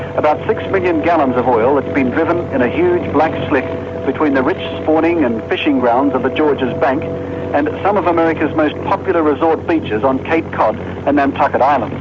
about six million gallons of oil have been driven in a huge black slick between the rich spawning and fishing grounds of the george's bank and some of america's most popular resort beaches on cape cod and nantucket island